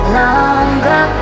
longer